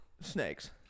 snakes